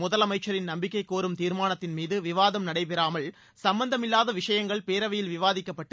முதலமைச்சரின் நம்பிக்கை கோரும் தீர்மானத்தின் மீது விவாதம் நடைபெறாமல் சம்பந்தம் இல்லாத விஷயங்கள் பேரவையில் விவாதிக்கப்பட்டு